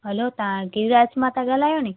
हलो मां त ॻाल्हायो नी